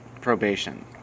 probation